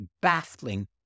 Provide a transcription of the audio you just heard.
baffling